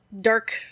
dark